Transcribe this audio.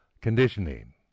conditioning